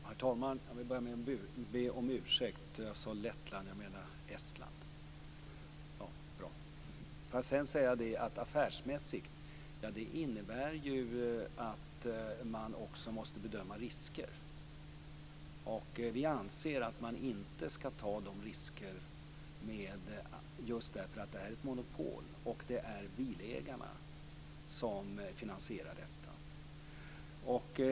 Herr talman! Att driva ett företag affärsmässigt innebär att man också måste bedöma risker, och vi anser att man inte skall ta dessa risker, just därför att det här är ett monopol och för att det är bilägarna som finansierar detta.